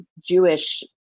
Jewish